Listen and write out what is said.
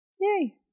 Yay